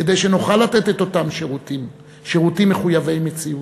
כדי שנוכל לתת את אותם שירותים מחויבי מציאות.